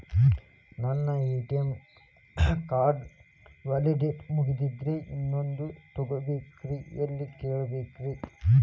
ನನ್ನ ATM card ನ validity ಮುಗದದ್ರಿ ಇನ್ನೊಂದು ತೊಗೊಬೇಕ್ರಿ ಎಲ್ಲಿ ಕೇಳಬೇಕ್ರಿ?